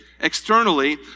Externally